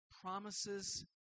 promises